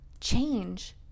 change